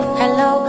hello